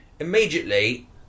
Immediately